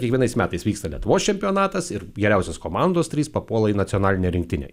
kiekvienais metais vyksta lietuvos čempionatas ir geriausios komandos trys papuola į nacionalinę rinktinę